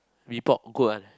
mee pok good one